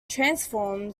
transformed